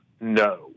No